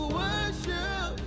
worship